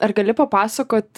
ar gali papasakot